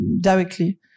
directly